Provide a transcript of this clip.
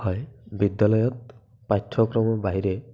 হয় বিদ্য়ালয়ত পাঠ্যক্ৰমৰ বাহিৰে